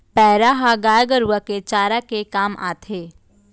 पैरा ह गाय गरूवा के चारा के काम आथे